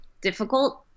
difficult